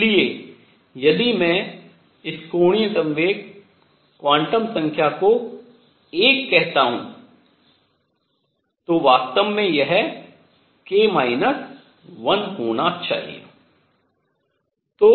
इसलिए यदि मैं इस कोणीय संवेग क्वांटम संख्या को 1 कहता हूँ तो वास्तव में यह k 1 होना चाहिए